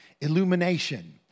Illumination